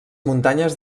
muntanyes